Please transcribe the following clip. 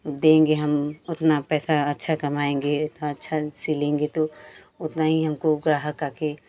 देंगे हम उतना पैसा अच्छा कमाएंगे उतना अच्छा सिलेंगे तो उतना ही हमको ग्राहक आके